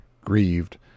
grieved